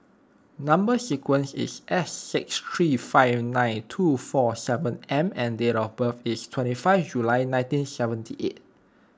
Number Sequence is S six three five nine two four seven M and date of birth is twenty five July nineteen seventy eight